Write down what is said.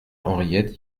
henriette